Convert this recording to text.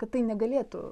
kad tai negalėtų